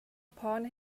upon